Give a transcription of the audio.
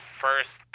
first